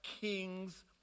kings